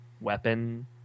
weapon